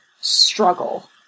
struggle